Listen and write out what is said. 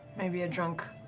maybe a drunk.